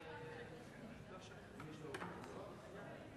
הצבעת המשרתים בשירות לאומי),